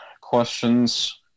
questions